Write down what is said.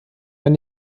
wenn